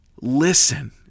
Listen